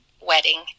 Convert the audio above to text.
wedding